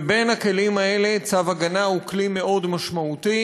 ובין הכלים האלה, צו הגנה הוא כלי מאוד משמעותי,